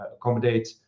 accommodate